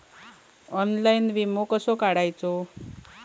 Online विमो कसो काढायचो?